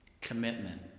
Commitment